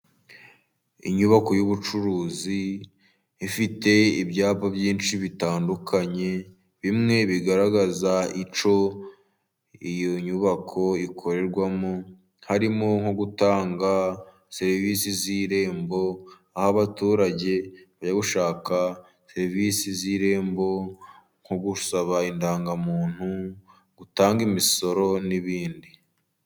Inyubako y'ubucuruzi ifite ibyapa byinshi bitandukanye, bimwe bigaragaza icyo iyo nyubako ikorerwamo, harimo nko gutanga serivisi z'irembo, aho abaturage bajya gushaka serivisi z'irembo nko gusaba indangamuntu, gutanga imisoro n'ibindi.